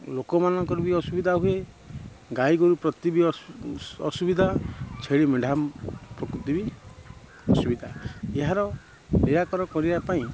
ଲୋକମାନଙ୍କର ବି ଅସୁବିଧା ହୁଏ ଗାଈଗୋରୁ ପ୍ରତି ବି ଅସୁବିଧା ଛେଳି ମେଣ୍ଢା ପ୍ରତି ବି ଅସୁବିଧା ଏହାର ବେଆକାର କରିବା ପାଇଁ